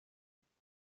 geboren